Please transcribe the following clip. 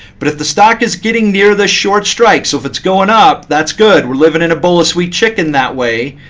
but if the stock is getting near the short strikes so if it's going up, that's good. we're living in a bowl of sweet chicken that way.